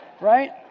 Right